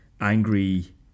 angry